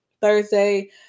Thursday